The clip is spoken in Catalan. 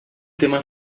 tema